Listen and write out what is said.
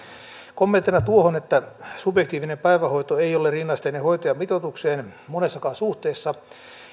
kommentteina tuohon että subjektiivinen päivähoito ei ole rinnasteinen hoitajamitoitukseen monessakaan suhteessa